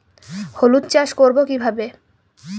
হলুদ চাষ করব কিভাবে?